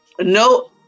No